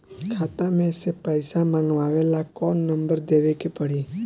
खाता मे से पईसा मँगवावे ला कौन नंबर देवे के पड़ी?